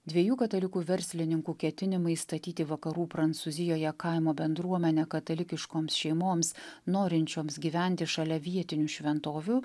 dviejų katalikų verslininkų ketinimai statyti vakarų prancūzijoje kaimo bendruomenę katalikiškoms šeimoms norinčioms gyventi šalia vietinių šventovių